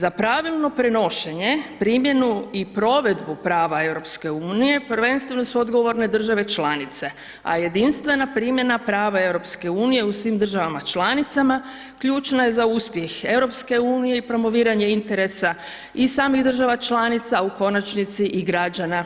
Za pravilno prenošenje, primjenu i provedbu prava EU-a prvenstveno su odgovorne države članice a jedinstvena primjena prava EU-a u svim državama članicama ključna je za uspjeh EU-a i promoviranje interesa i samih država članica a u konačnici i građana